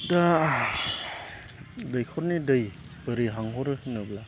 दा दैखरनि दै बोरै हानहरो होनोब्ला